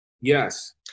Yes